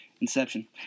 Inception